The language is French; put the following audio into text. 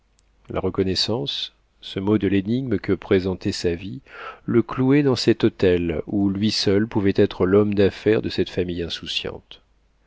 la reconnaissance ce mot de l'énigme que présentait sa vie le clouait dans cet hôtel où lui seul pouvait être l'homme d'affaires de cette famille insouciante